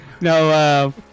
No